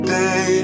day